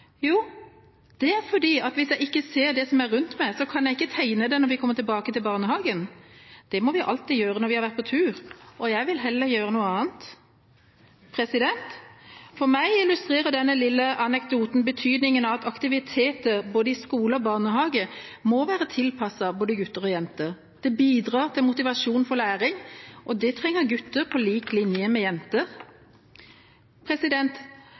Jo, det er fordi at hvis jeg ikke ser hva som er rundt meg, så kan jeg ikke tegne det når vi kommer tilbake til barnehagen. Det må vi alltid gjøre når vi ha vært på tur, og jeg vil heller gjøre noe annet. For meg illustrerer denne lille anekdoten betydningen av at aktiviteter i skole og barnehage må være tilpasset både gutter og jenter. Det bidrar til motivasjon for læring. Det trenger gutter på lik linje med jenter.